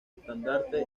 estandarte